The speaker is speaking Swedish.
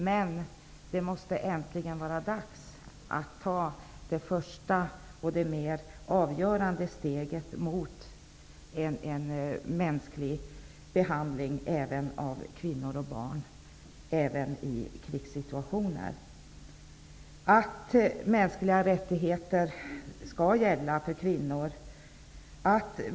Men det måste äntligen vara dags att ta ett första mer avgörande steg mot en mänsklig behandling av kvinnor och barn i krigssituationer. Mänskliga rättigheter skall gälla.